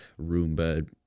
Roomba